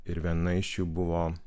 ir viena iš jų buvo